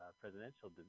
presidential